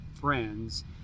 friends